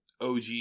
OG